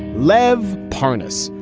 lev pardners.